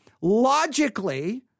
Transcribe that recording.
logically